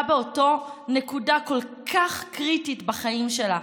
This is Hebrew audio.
באותה נקודה כל כך קריטית בחיים שלה,